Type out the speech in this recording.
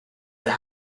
the